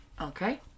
Okay